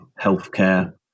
healthcare